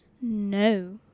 No